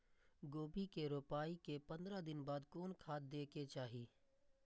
गोभी के रोपाई के पंद्रह दिन बाद कोन खाद दे के चाही?